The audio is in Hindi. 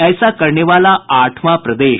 ऐसा करने वाला आठवां प्रदेश